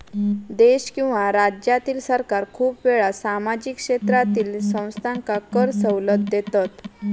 देश किंवा राज्यातील सरकार खूप वेळा सामाजिक क्षेत्रातील संस्थांका कर सवलत देतत